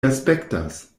aspektas